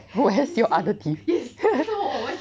where's your other teeth